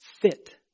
fit